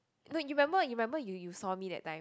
no you remember you remember you you saw me that time